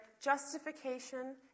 Justification